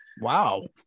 wow